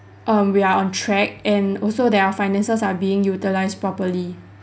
um we're on track and also that our finances are being utilised properly